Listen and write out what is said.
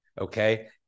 okay